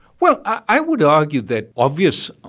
well, i would argue that obvious